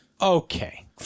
Okay